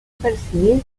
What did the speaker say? percibir